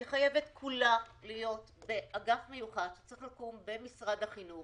היא חייבת כולה להיות באגף מיוחד שצריך לקום במשרד החינוך